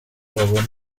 babone